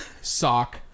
sock